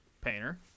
Painter